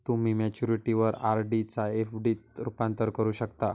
तुम्ही मॅच्युरिटीवर आर.डी चा एफ.डी त रूपांतर करू शकता